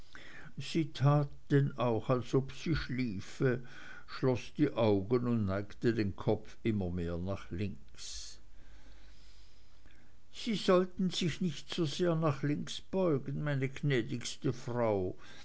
auch als ob sie schliefe schloß die augen und neigte den kopf immer mehr nach links sie sollten sich nicht so sehr nach links beugen meine gnädigste frau